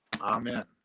Amen